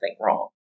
wrong